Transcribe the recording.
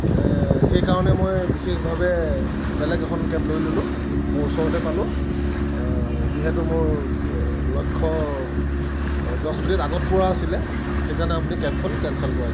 সেইকাৰণে মই বিশেষভাৱে বেলেগ এখন কেব লৈ ল'লোঁ মোৰ ওচৰতে পালোঁ যিহেতু মোৰ লক্ষ্য দহ মিনিট আগত কৰা আছিলে সেইকাৰণে আপুনি কেবখন কেঞ্চেল কৰাই দিয়ক